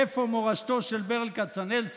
איפה מורשתו של ברל כצנלסון